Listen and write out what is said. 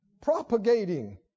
propagating